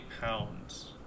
pounds